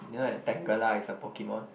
you know that Tangela is a Pokemon